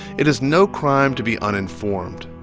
it is no crime to be uninformed,